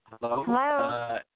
Hello